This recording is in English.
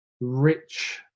rich